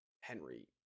Henry